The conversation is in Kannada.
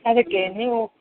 ಅದಕ್ಕೆ ನೀವು